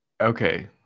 okay